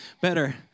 better